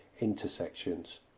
intersections